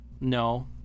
No